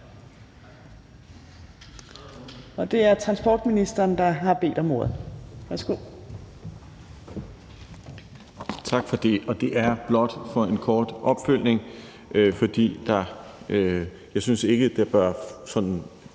Og det er transportministeren, der har bedt om ordet. Værsgo.